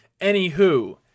Anywho